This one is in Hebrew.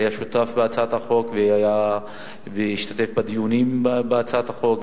שהיה שותף בהצעת החוק והשתתף בדיונים בהצעת החוק,